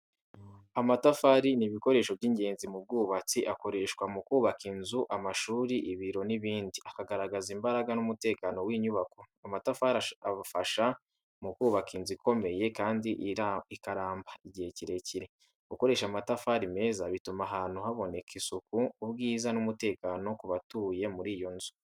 Amatafari ni ibikoresho by’ingenzi mu bwubatsi. Akoreshwa mu kubaka inzu, amashuri, ibiro n’ibindi, akagaragaza imbaraga n’umutekano w’inyubako. Amatafari afasha mu kubaka inzu ikomeye, kandi ikaramba igihe kirekire. Gukoresha amatafari meza bituma ahantu haboneka isuku, ubwiza n’umutekano ku batuye muri iyo nzu.